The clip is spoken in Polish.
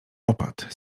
opat